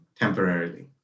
temporarily